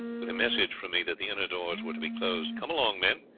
with a message from me that the inner doors were to be closed. come along, men,